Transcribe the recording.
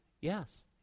Yes